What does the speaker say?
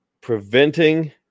Preventing